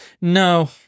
No